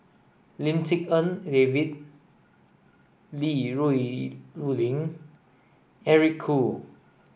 Lim Tik En David Li Rulin Eric Khoo